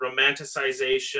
romanticization